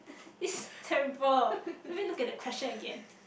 is terrible I mean look at the question again